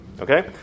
Okay